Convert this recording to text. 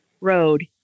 road